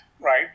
right